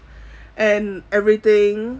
and everything